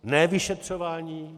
Ne vyšetřování.